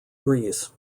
greece